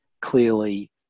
clearly